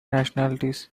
nationalities